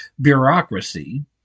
bureaucracy